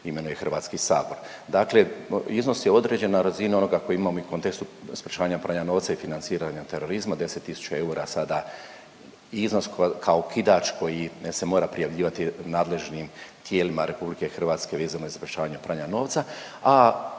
imenuje Hrvatski sabor. Dakle, iznos je određen na razini onoga kojeg imamo u kontekstu sprječavanja novca i financiranja terorizma 10 tisuća eura sada iznos kao okidač koji se mora prijavljivati nadležnim tijelima RH vezano za izvršavanje pranja novca, a